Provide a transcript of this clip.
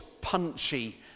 punchy